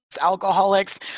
alcoholics